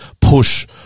push